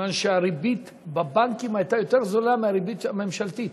כיוון שהריבית בבנקים הייתה יותר זולה מהריבית הממשלתית.